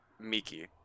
Miki